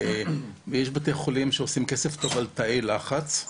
יש בתי חולים שעושים כסף על תאי לחץ,